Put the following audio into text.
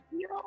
yo